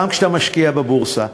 גם כשאתה משקיע בבורסה,